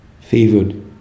Fevered